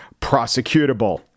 prosecutable